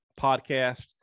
podcast